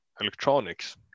electronics